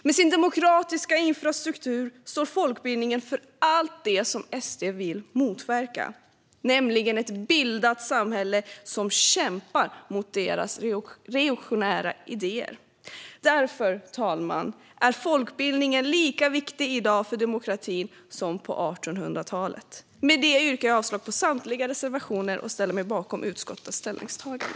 Med sin demokratiska infrastruktur står folkbildningen för allt det som SD vill motverka, nämligen ett bildat samhälle som kämpar mot deras reaktionära idéer. Därför, fru talman, är folkbildningen lika viktig för demokratin i dag som på 1800-talet. Med detta yrkar jag avslag på samtliga reservationer och ställer mig bakom utskottets ställningstagande.